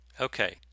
Okay